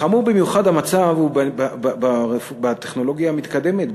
חמור במיוחד המצב בטכנולוגיה המתקדמת,